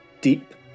deep